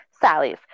Sally's